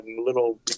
little